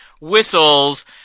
whistles